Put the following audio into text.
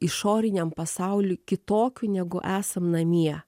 išoriniam pasauliui kitokiu negu esam namie